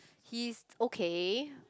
he's okay